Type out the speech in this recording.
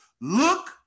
look